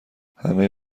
همه